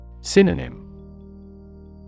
Synonym